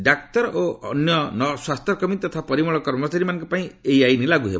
ଡାକ୍ତର nurse ଓ ଅନ୍ୟ ସ୍ୱାସ୍ଥ୍ୟ କର୍ମୀ ତଥା ପରିମଳ କର୍ମଚାରୀମାନଙ୍କ ପାଇଁ ଏଇ ଆଇନ୍ ଲାଗୁ ହେବ